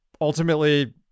ultimately